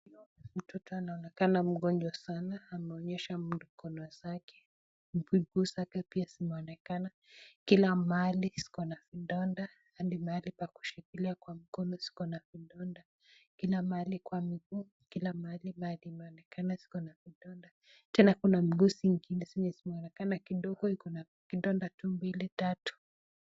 Mtoto anaonekana mgonjwa sana, ameonyeshwa mkono zake, miguu zake pia zimeonekana, kila mahali ziko na vidonda hadi mahali pa kushikilia kwa mkono ziko na vidonda. Kila mahali kwa miguu, kila mahali mahali imeonekana ziko na vidonda, tena kuna mguu zingine zenye zimeonekana kidogo ziko na vidonda tu mbili tatu.